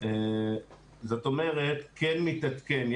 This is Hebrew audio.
זאת אומרת כן מתעדכן.